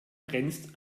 grenzt